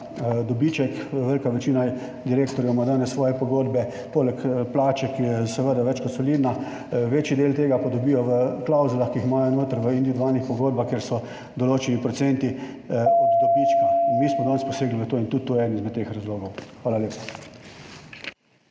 dobiček. Velika večina direktorjev ima danes svoje pogodbe, poleg plače, ki je seveda več kot solidna, večji del tega pa dobijo v klavzulah, ki jih imajo noter v individualnih pogodbah, kjer so določeni procenti / znak za konec razprave/ od dobička in mi smo danes posegli v to in tudi to je eden izmed teh razlogov. Hvala lepa.